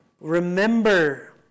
Remember